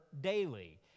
daily